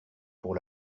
pour